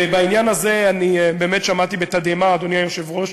ובעניין הזה באמת שמעתי בתדהמה, אדוני היושב-ראש,